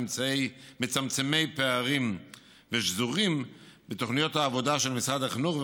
מצמצמי פערים ושזורים בתוכניות העבודה של משרד החינוך,